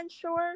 sure